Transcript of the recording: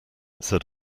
said